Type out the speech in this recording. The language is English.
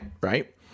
right